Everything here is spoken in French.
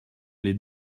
les